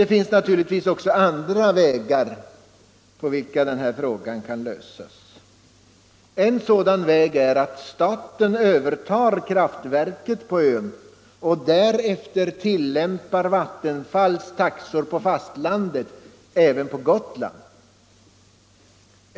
Det finns naturligtvis också andra vägar att lösa problemet. En sådan väg är att staten övertar kraftverket på ön och därefter tillämpar Vattenfalls taxor för fastlandet även på Gotland.